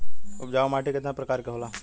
उपजाऊ माटी केतना प्रकार के होला?